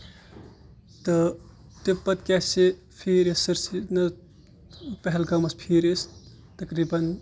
تہٕ پَتہٕ کیاہ سا پھیٖرۍ أسۍ سٲرسٕے پہلگامَس پھیٖرۍ أسۍ تقریٖبن